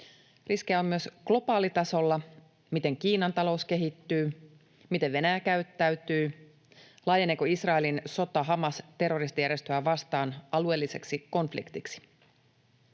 Riskejä on myös globaalitasolla: miten Kiinan talous kehittyy, miten Venäjä käyttäytyy, laajeneeko Israelin sota Hamas-terroristijärjestöä vastaan alueelliseksi konfliktiksi.